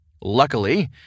Luckily